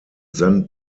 then